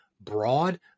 broad